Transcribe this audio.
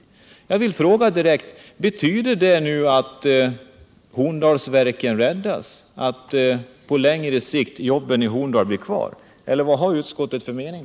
— Nr 111 Jag vill alltså fråga direkt: Betyder nu detta att Horndalsverken räddas, att på Torsdagen den längre sikt jobben i Horndal blir kvar, eller vad har utskottet för mening?